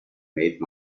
made